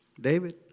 David